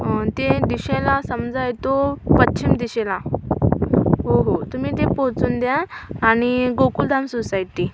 ते दिशेला समजा येतो पश्चिम दिशेला हो हो तुम्ही ते पोहचून द्या आणि गोकुलधाम सोसायटी